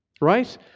right